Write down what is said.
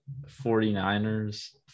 49ers